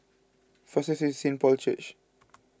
fastest Saint Paul's Church